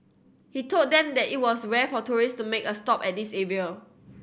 he told them that it was rare for tourist to make a stop at this area